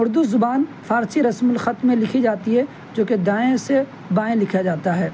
اردو زبان فارسی رسم الخط میں لکھی جاتی ہے جو کہ دائیں سے بائیں لکھا جاتا ہے